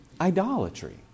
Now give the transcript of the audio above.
idolatry